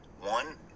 one